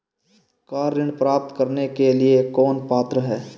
Car ऋण प्राप्त करने के लिए कौन पात्र है?